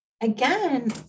again